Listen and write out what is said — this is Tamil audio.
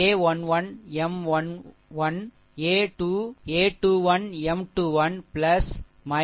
a 1 1 M 1 1 a 2 a 21 M 21